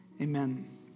Amen